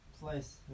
Place